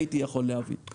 הייתי יכול להבין,